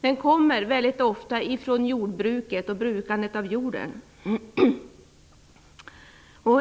Den kommer mycket ofta från jordbruket och brukandet av jorden.